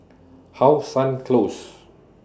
How Sun Close